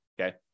okay